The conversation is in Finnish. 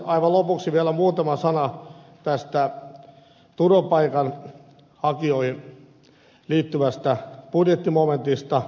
aivan lopuksi vielä muutama sana turvapaikanhakijoihin liittyvästä budjettimomentista